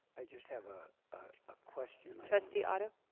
i just have a ah question. trustee otto.